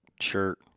shirt